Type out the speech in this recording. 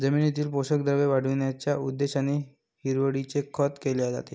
जमिनीतील पोषक द्रव्ये वाढविण्याच्या उद्देशाने हिरवळीचे खत केले जाते